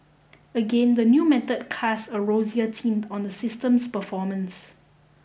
again the new method cast a rosier tint on the system's performance